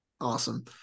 Awesome